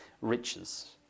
riches